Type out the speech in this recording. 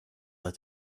that